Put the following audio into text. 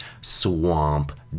Swamp